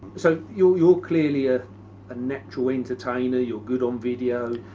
so, you're you're clearly a natural entertainer, you're good on video?